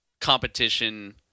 competition